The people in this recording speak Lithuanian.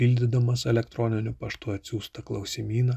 pildydamas elektroniniu paštu atsiųstą klausimyną